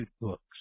books